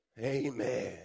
Amen